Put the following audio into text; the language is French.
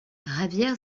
javier